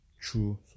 true